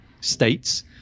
states